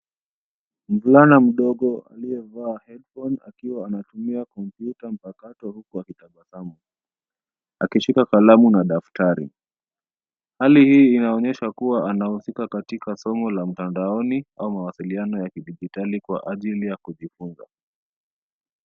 Mvulana mdogo aliyevaa headphones akiwa anatumia kompyuta mpakato huku akitabasamu, akishika kalamu na daftari. Hali inaonyesha kuwa anahusika katika somo la mtandaoni au mawasiliano ya kidijitali kwa ajili ya kujifunza.